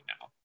now